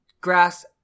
grass